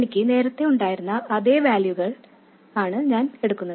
എനിക്ക് നേരത്തെ ഉണ്ടായിരുന്ന അതേ വാല്യൂകൾ ആണ് ഞാൻ എടുക്കുന്നത്